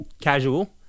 casual